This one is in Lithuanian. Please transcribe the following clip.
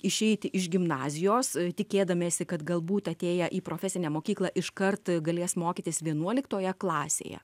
išeiti iš gimnazijos tikėdamiesi kad galbūt atėję į profesinę mokyklą iškart galės mokytis vienuoliktoje klasėje